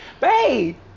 babe